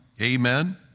Amen